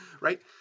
Right